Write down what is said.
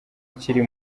ukiri